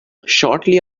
shortly